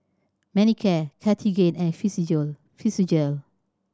Manicare Cartigain and Physiogel